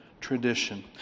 tradition